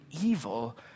evil